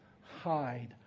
hide